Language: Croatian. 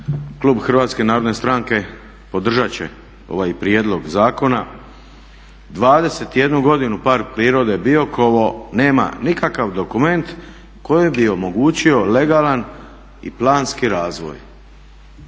Klub HNS-a podržat će ovaj prijedlog zakona. 21 godinu Park prirode Biokovo nema nikakav dokument koji bi omogućio legalan i planski razvoj,